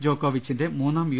ജോക്കോവിച്ചിന്റെ മൂന്നാം യു